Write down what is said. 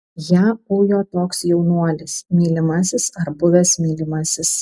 ją ujo toks jaunuolis mylimasis ar buvęs mylimasis